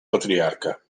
patriarca